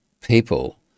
people